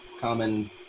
common